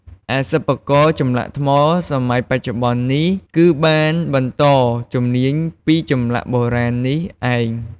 ឯសិប្បករចម្លាក់ថ្មសម័យបច្ចុប្បន្ននេះ គឺបានបន្តជំនាញពីចម្លាក់បុរាណនេះឯង។